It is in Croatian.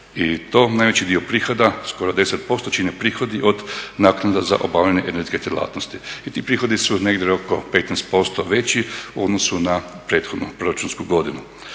kuna. Najveći dio prihoda skoro 10% čine prihodi od naknada za obavljanje energetske djelatnosti. I ti prihodi su negdje oko 15% veći u odnosu na prethodnu proračunsku godinu.